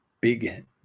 big